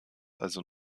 also